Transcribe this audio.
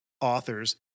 authors